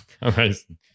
amazing